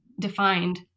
defined